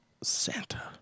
Santa